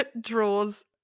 draws